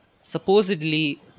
supposedly